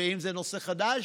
ואם זה נושא חדש,